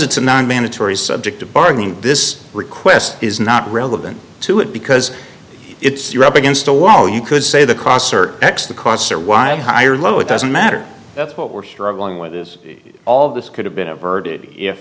it's a non mandatory subject to bargaining this request is not relevant to it because it's you're up against a wall you could say the costs are x the costs are y high or low it doesn't matter that's what we're struggling with this all of this could have been averted if